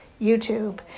YouTube